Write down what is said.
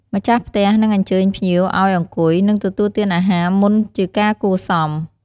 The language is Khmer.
ម្ចាស់ផ្ទះនឹងអញ្ជើញភ្ញៀវឱ្យអង្គុយ និងទទួលទានអាហារមុនជាការគួរសម។